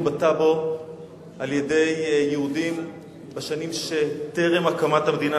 בטאבו על-ידי יהודים בשנים של טרם הקמת המדינה,